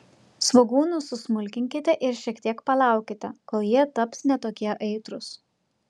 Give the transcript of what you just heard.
svogūnus susmulkinkite ir šiek tiek palaukite kol jie taps ne tokie aitrūs